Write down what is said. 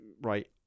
Right